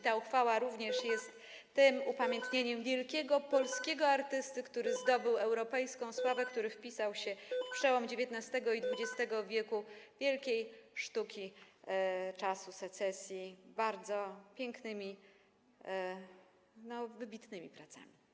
Ta uchwała również jest tym upamiętnieniem wielkiego polskiego artysty, który zdobył europejską sławę, który wpisał się w przełom XIX i XX w. wielkiej sztuki czasu secesji bardzo pięknymi, wybitnymi pracami.